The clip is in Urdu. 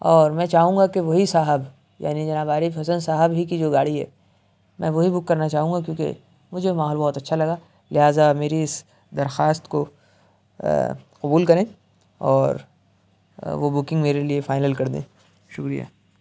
اور میں چاہوں گا کہ وہی صاحب یعنی جناب عارف حسن صاحب ہی کی جو گاڑی ہے میں وہی بک کرنا چاہوں گا کیونکہ مجھے ماحول بہت اچھا لگا لہٰذا میری اس درخواست کو قبول کریں اور وہ بکنگ میرے لیے فائنل کر دیں شکریہ